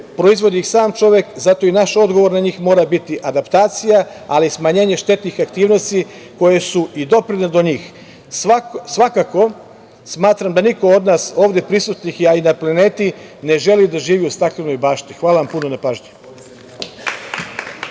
Proizvodi ih sam čovek. Zato i naš odgovor na njih mora biti adaptacija, ali i smanjenje štetnih aktivnosti koje su i doprinele do njih. Svakako, smatram da niko od nas ovde prisutnih, a i na planeti, ne želi da živi u staklenoj bašti. Hvala vam puno na pažnji.